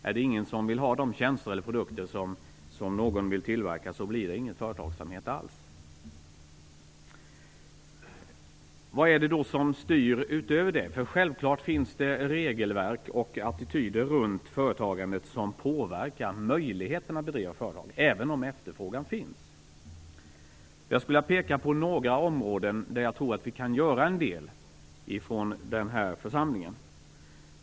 Är det ingen som vill ha de tjänster eller produkter som någon vill tillverka så blir det ingen företagsamhet alls. Vad är det då som styr utöver det? Självklart finns det regelverk och attityder runt företagandet som påverkar möjligheterna att bedriva företag, även om efterfrågan finns. Jag skulle vilja peka på några områden där jag tror att vi kan göra en del från den här församlingen.